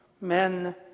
men